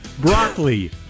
broccoli